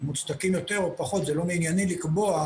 מוצדקים פחות או יותר שאינם מענייני לקבוע,